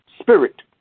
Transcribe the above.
spirit